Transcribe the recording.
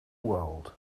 world